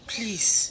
Please